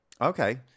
Okay